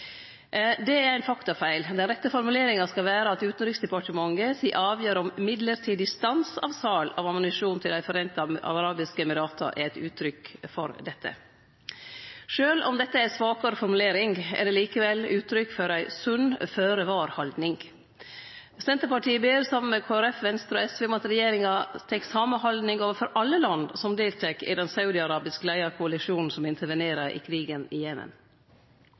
Det er ein faktafeil. Den rette formuleringa skal vere at Utanriksdepartementet si avgjerd om midlertidig stans av sal av ammunisjon til Dei sameinte arabiske emirata er eit uttrykk for dette. Sjølv om dette er ei svakare formulering, er det likevel uttrykk for ei sunn føre-var-haldning. Senterpartiet ber, saman med Kristeleg Folkeparti, Venstre og SV, om at regjeringa tek same haldning overfor alle land som deltek i den saudi-arabisk leia koalisjonen som intervenerer i krigen i